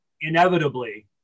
inevitably